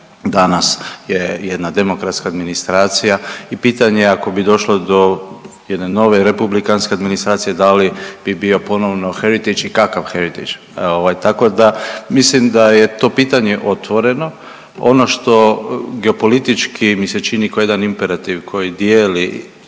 danas je jedna demokratska administracija i pitanje ako bi došlo do jedne nove republikanske administracije da li bi bio ponovo haretage i kakav haretage. Ovaj tako da mislim da je to pitanje otvoreno. Ono što geopolitički mi se čini kao jedan imperativ koji dijeli